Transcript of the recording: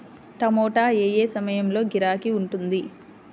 టమాటా ఏ ఏ సమయంలో గిరాకీ ఉంటుంది?